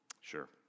Sure